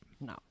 No